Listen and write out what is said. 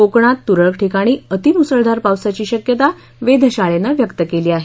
कोकणात तुरळक ठिकाणी अती मुसळधार पावसाची शक्तता वेधशाळेनं व्यक्त केली आहे